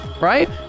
Right